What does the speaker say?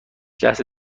لحظه